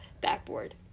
backboard